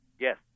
Yes